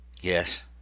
Yes